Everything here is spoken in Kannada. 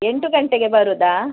ಎಂಟು ಗಂಟೆಗೆ ಬರೋದಾ